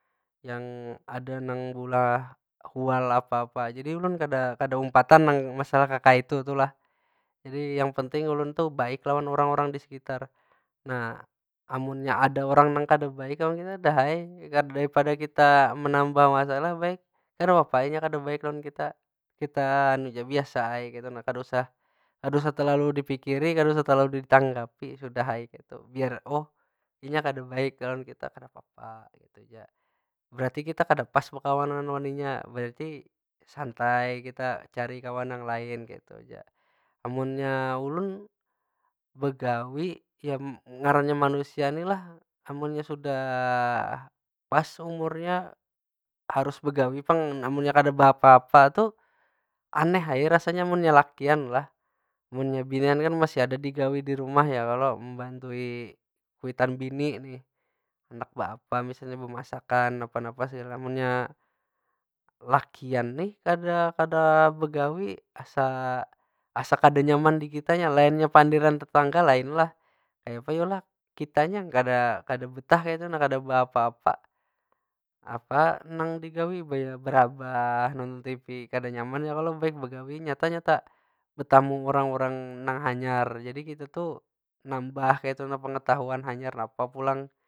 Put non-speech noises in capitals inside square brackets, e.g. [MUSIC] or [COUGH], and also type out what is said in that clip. Yang ada nang beulah hual apa- apa. Jadi ulun kada- kada umpatan nang masalah kakaytu tu lah. Jadi yang penting ulun tu baik lawan urang- urang di sekitar. Nah ammunnya ada urang nang kada baik lawan kita, dah ai. Daripada kita menambah masalah, baik kadapapa ai inya kada baik lawan kita. Kita, [HESITATION] biasa ai kaytu nah. Kada usah kada usah telalu dipikiri, kada usah telalu ditanggapi. Sudah ai kaytu, biar [HESITATION] inya kada baik lawan kita, kadapapa kaytu ja. Berarti kita kada pas bekawanan wan inya, berarti santai kita cari kawan nang lain. Amunnya ulun begawi, ya ngarannya manusia ni lah amunnya sudah pas umurnya harus begawi pang. Amunnya kada beapa- apa tuh aneh ai rasanya munnya lakian lah. Munnya binian kan masih ada digawi di rumah ya kalo? Membantui kuitan bini nih. Handak beapa, misalnya bemasakan napa- napa segala. Munnya lakian nih kada- kada begawi asa- asa kada nyaman di kitanya. Lainnya pandiran tetangga lain lah. Kaya yu lah? Kitanya kada betah kaytu nah kada beapa- apa. Apa nang digawi baya berabah, nonton tipi. Kada nyaman ya kalo baik begawi. Nyata- nyata betamu urang- urang nang hanyar. Jadi kita tu nambah kaytu nah pengetahuan hanyar napa pulang.